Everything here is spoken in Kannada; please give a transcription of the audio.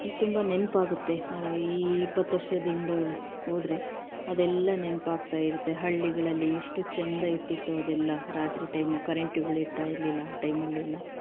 ತುಂಬ ನೆನಪಾಗುತ್ತೆ ಈ ಇಪ್ಪತ್ತು ವರ್ಷದ ಹಿಂದೆ ಹೋದ್ರೆ ಅದೆಲ್ಲ ನೆನಪಾಗ್ತಾ ಇರುತ್ತೆ ಹಳ್ಳಿಗಳಲ್ಲಿ ಎಷ್ಟು ಚೆಂದ ಇರ್ತಿತ್ತು ಅದೆಲ್ಲ ರಾತ್ರಿ ಟೈಮು ಕರೆಂಟುಗಳು ಇರ್ತಾ ಇರಲಿಲ್ಲ ಆ ಟೈಮಲ್ಲೆಲ್ಲ